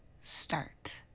start